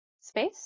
Space